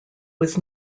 was